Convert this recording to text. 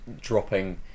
dropping